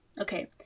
Okay